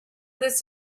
this